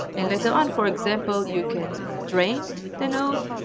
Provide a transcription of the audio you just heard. and later on, for example, you can drain the node,